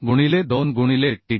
गुणिले 2 गुणिले Tt